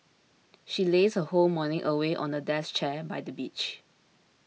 she lazed her whole morning away on a deck chair by the beach